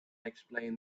explained